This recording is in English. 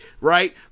right